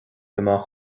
amach